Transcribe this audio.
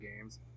games